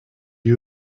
you